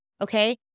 okay